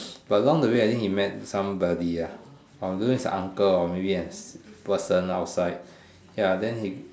but along the way I think he met somebody ah or uncle or maybe I don't know it's a person outside then he